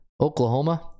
oklahoma